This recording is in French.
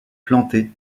planté